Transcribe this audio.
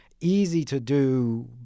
easy-to-do